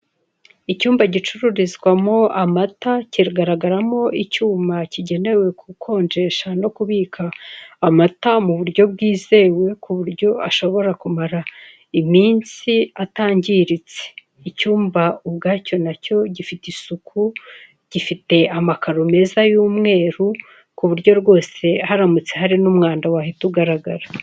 Icyumba gicururizwamo amata kiragaragaramo icyuma kigenewe kukonjesha no kubika amata mu buryo bwizewe ku buryo ashobora kumara iminsi atangiritse, icyumba ubwacyo nacyo gifite isuku gifite amakaro meza y'umweru ku buryo rwose haramutse hari n'umwanda wahita ugaragara.